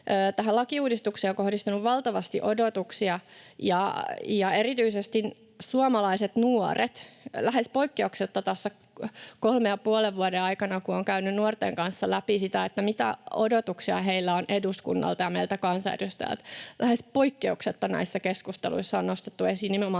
lakiuudistukseen on kohdistunut valtavasti odotuksia, ja lähes poikkeuksetta tässä kolmen ja puolen vuoden aikana, kun olen käynyt suomalaisten nuorten kanssa läpi sitä, mitä odotuksia heillä on eduskunnalta ja meiltä kansanedustajilta, näissä keskusteluissa on nostettu esiin